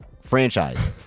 franchise